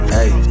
Hey